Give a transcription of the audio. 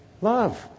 love